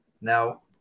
Now